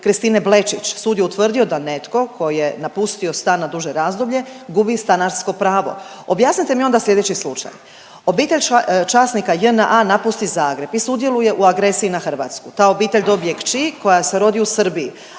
Kristine Blečić. Sud je utvrdio da netko tko je napustio stan na duže razdoblje gubi stanarsko pravo. Objasnite mi onda slijedeći slučaj. Obitelj časnika JNA napusti Zagreb i sudjeluje u agresiji na Hrvatsku. Ta obitelj dobije kći koja se rodi u Srbiji,